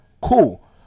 cool